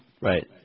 Right